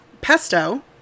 Pesto